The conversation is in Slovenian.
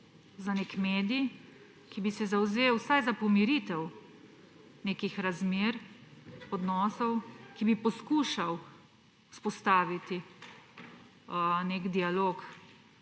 za neki medij, ki bi se zavzel vsaj za pomiritev nekih razmer, odnosov, ki bi poskušal vzpostaviti neki dialog